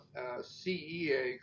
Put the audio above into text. CEA